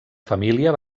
família